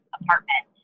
apartment